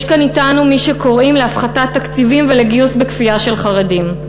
יש כאן אתנו מי שקוראים להפחתת תקציבים ולגיוס בכפייה של חרדים.